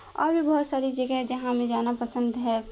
اور بھی بہت ساری جگہیں جہاں ہمیں جانا پسند ہے